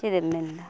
ᱪᱮᱫ ᱮᱢ ᱢᱮᱱᱫᱟ